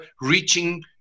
reaching